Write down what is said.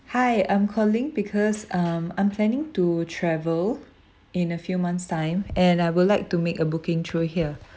hi I'm calling because um I'm planning to travel in a few months time and I would like to make a booking through here